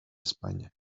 españa